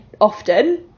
often